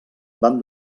van